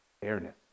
fairness